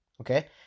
okay